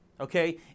Okay